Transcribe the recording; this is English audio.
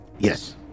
Yes